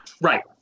Right